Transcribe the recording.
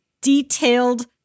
detailed